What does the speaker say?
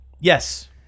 Yes